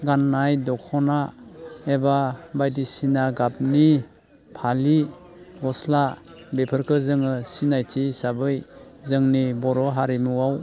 गाननाय दख'ना एबा बायदिसिना गाबनि फालि गस्ला बेफोरखो जोङो सिनायथि हिसाबै जोंनि बर' हारिमुआव